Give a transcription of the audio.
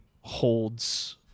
holds